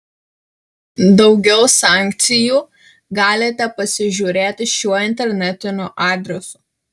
daugiau sankcijų galite pasižiūrėti šiuo internetiniu adresu